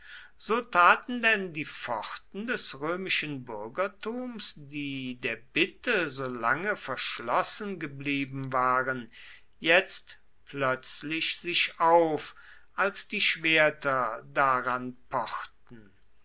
so taten denn die pforten des römischen bürgertums die der bitte so lange verschlossen geblieben waren jetzt plötzlich sich auf als die schwerter daran pochten